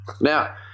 Now